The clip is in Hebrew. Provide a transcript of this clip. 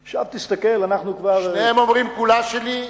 עכשיו, תסתכל, אנחנו כבר, שניהם אומרים: כולה שלי?